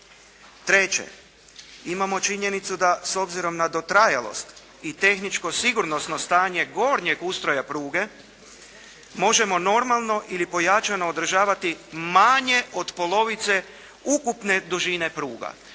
Treće. Imamo činjenicu da s obzirom na dotrajalost i tehničko-sigurnosno stanje gornjeg ustroja pruge možemo normalno ili pojačano održavati manje od polovice ukupne dužine pruga.